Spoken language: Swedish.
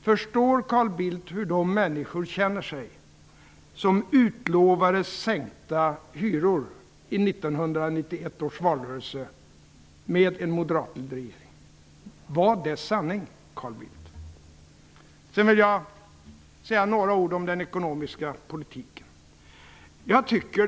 Förstår Carl Bildt hur de människor känner sig som i 1991 års valrörelse utlovades sänkta hyror med en moderatledd regering? Var det sanning, Carl Bildt? Sedan vill jag säga några ord om den ekonomiska politiken.